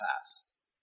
past